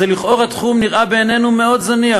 לכאורה זה תחום שנראה בעינינו מאוד זניח,